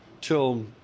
Till